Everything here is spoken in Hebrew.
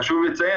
חשוב לי לציין,